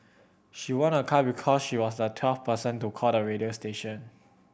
she won a car because she was the twelfth person to call the radio station